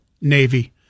navy